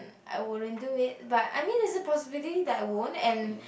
I wouldn't do it but I mean there is possibility that I won't